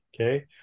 Okay